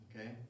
Okay